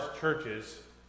churches